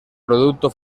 producto